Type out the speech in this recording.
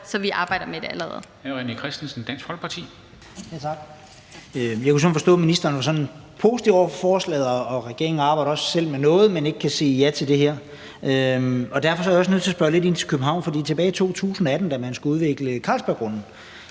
Christensen (DF): Tak. Jeg kunne forstå, at ministeren var sådan positiv over for forslaget, og at regeringen også selv arbejder med noget, men ikke kan sige ja til det her. Derfor er jeg også nødt til at spørge lidt ind til København, for tilbage i 2018, da man skulle udvikle Carlsberggrunden,